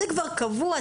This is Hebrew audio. זה כבר קבוע,